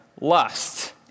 lust